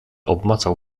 obmacał